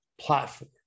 platform